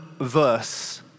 verse